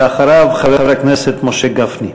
אחריו, חבר הכנסת משה גפני.